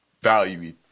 value